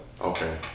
Okay